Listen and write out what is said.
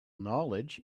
knowledge